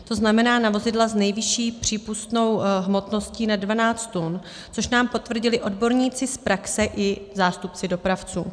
To znamená, na vozidla s nejvyšší přípustnou hmotností nad 12 tun, což nám potvrdili odborníci z praxe i zástupci dopravců.